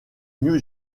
new